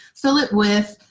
fill it with,